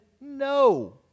no